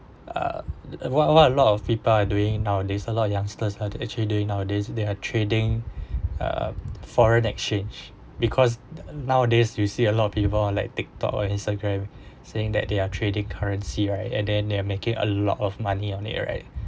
uh what what a lot of people are doing nowadays a lot of youngsters are actually doing nowadays they are trading uh foreign exchange because nowadays you see a lot of people like tik tok or instagram saying that they are trading currency right and then they are making a lot of money on it right